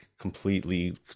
completely